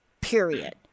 period